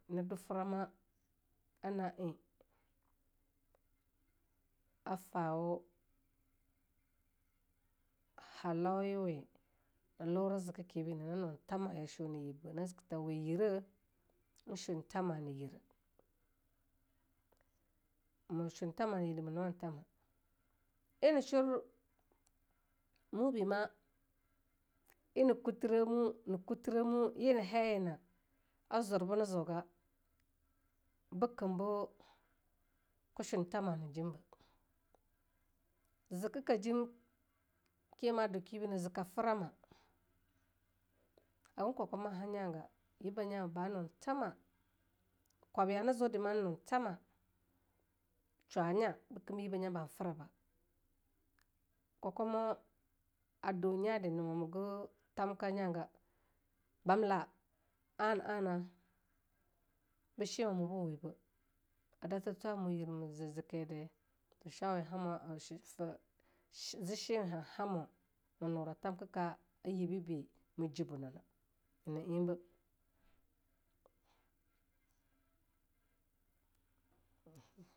Ne do trama na eing a fawo halauyawe na lore zekakebeh nei, na eing thama yasho nei yiba, na ziki tha we yireh eing shon eing thama nei yir di ma nuwa eing tham. Eing nei shor mube ma eing nei kutheramo eing nei kutherah mu yena hayena azur benei zeoga bekembo ka shon eing thama eing jimbei, zeka kajim ke ma do kibi nei zeka trama, hangan kokwama haei nyaga, yib banga ba no eing thama, kwabya ei zeo de eing noeing thama, shwa nya bekem bo yibba nya ba han ferra ba, ko kwamo a deau nya de nowa go thamka nya ga, bam la boshen wabo being wibee, a dather thwa moyil me ze zeke de ze shenwe sheing we hanhamo ma nora thamkaka a yibeh bei ma ji bonana nyina eing bah.